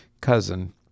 cousin